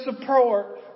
support